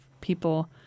people